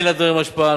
אין לדברים השפעה,